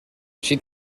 she